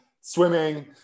swimming